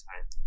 time